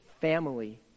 family